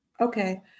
okay